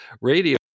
radio